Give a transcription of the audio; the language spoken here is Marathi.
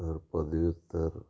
तर पदव्युत्तर